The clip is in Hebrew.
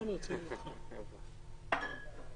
בבקשה.